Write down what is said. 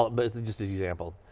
ah but is is just an example.